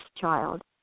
child